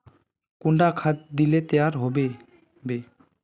कुंडा खाद दिले तैयार होबे बे?